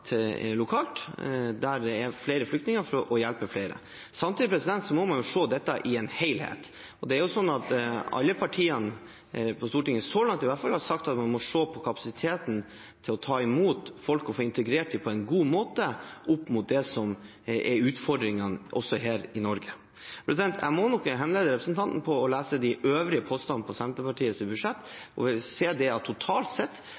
lokalt der det er flere flyktninger, for å hjelpe flere. Samtidig må man se dette i en helhet. Det er jo sånn at alle partiene på Stortinget, så langt i hvert fall, har sagt at man må se på kapasiteten til å ta imot folk og få dem integrert på en god måte, opp mot det som er utfordringene her i Norge. Jeg må nok henlede representantens oppmerksomhet på å lese de øvrige postene på Senterpartiets budsjett. Da vil hun se at totalt sett